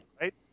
right